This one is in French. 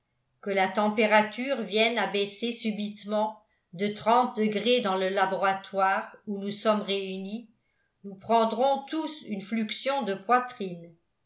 que la température vienne à baisser subitement de trente degrés dans le laboratoire où nous sommes réunis nous prendrons tous une fluxion de poitrine